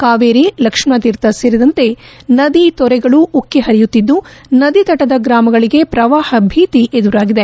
ಕಾವೇರಿ ಲಕ್ಷ್ಮಣತೀರ್ಥ ಸೇರಿದಂತೆ ನದಿ ತೊರೆಗಳು ಉಕ್ಕಿ ಹರಿಯುತ್ತಿದ್ದು ನದಿತಟದ ಗ್ರಾಮಗಳಿಗೆ ಪ್ರವಾಹ ಭೀತಿ ಎದುರಾಗಿದೆ